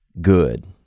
good